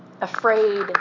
afraid